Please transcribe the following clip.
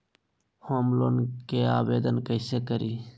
Home loan के आवेदन कैसे करि?